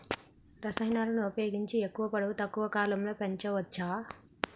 రసాయనాలను ఉపయోగించి ఎక్కువ పొడవు తక్కువ కాలంలో పెంచవచ్చా?